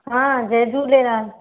हा जय झूलेलाल